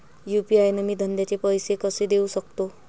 UPI न मी धंद्याचे पैसे कसे देऊ सकतो?